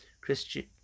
Christian